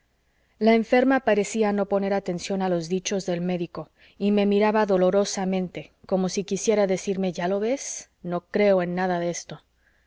la enferma parecía no poner atención a los dichos del médico y me miraba dolorosamente como si quisiera decirme ya lo ves no creo en nada de esto